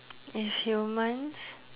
if humans